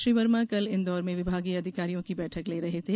श्री वर्मा कल इंदौर में विभागीय अधिकारियों की बैठक ले रहे थे